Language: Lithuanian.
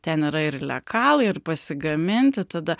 ten yra ir lekalai ir pasigaminti tada